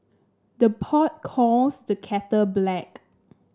the pot calls the kettle black